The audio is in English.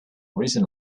reason